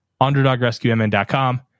underdogrescuemn.com